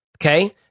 okay